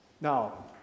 Now